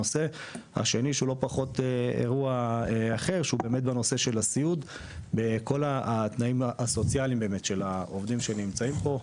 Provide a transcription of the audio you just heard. נושא אחר הוא הסיעוד וכל התנאים הסוציאליים של העובדים שנמצאים פה,